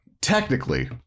Technically